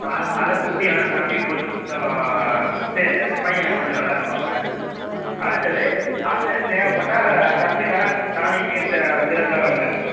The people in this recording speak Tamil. இப்போ அதை கொடுத்திங்கன்னாலே தம்பி கொஞ்சம் சி பையன் கொஞ்சம் நல்லாயிருப்பாப்புல அடுத்தது அடுத்தது தேவைப்பட்டா சத்துக்காக டானிக்கு ச சிரப்லாம் வேண்ணா இருக்குது